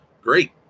Great